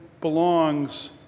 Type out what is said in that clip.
belongs